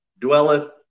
Dwelleth